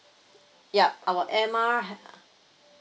yup our air mile